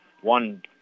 one